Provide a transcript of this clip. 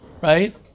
right